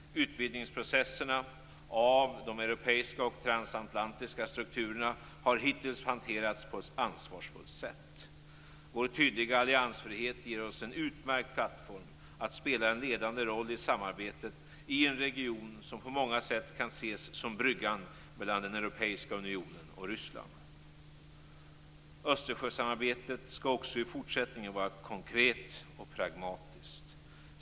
Utvidgningsprocesserna av de europeiska och transatlantiska strukturerna har hittills hanterats på ett ansvarsfullt sätt. Vår tydliga alliansfrihet ger oss en utmärkt plattform att spela en ledande roll i samarbetet i en region som på många sätt kan ses som bryggan mellan Europeiska unionen och Ryssland. Östersjösamarbetet skall också i fortsättningen vara konkret och pragmatiskt.